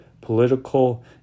political